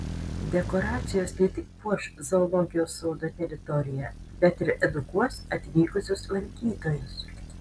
dekoracijos ne tik puoš zoologijos sodo teritoriją bet ir edukuos atvykusius lankytojus